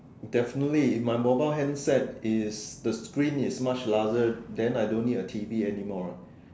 definitely if my mobile hand set is the screen is much larger then I don't need a T_V anymore right